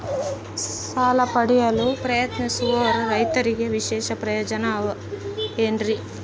ಸಾಲ ಪಡೆಯಲು ಪ್ರಯತ್ನಿಸುತ್ತಿರುವ ರೈತರಿಗೆ ವಿಶೇಷ ಪ್ರಯೋಜನ ಅವ ಏನ್ರಿ?